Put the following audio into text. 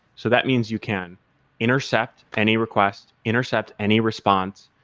so that means you can intercept any request, intercept any response,